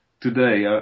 today